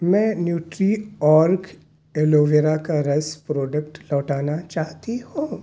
میں NutriOrg aloe vera کا رس پروڈکٹ لوٹانا چاہتی ہو